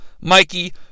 Mikey